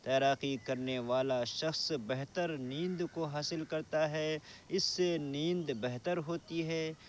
تیراکی کرنے والا شخص بہتر نیند کو حاصل کرتا ہے اس سے نیند بہتر ہوتی ہے